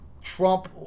Trump